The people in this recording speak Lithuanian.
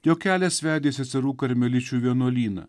jo kelias vedė į seserų karmeličių vienuolyną